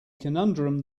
conundrum